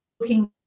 looking